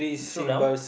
slow down